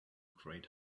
great